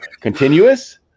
Continuous